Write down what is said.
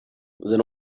then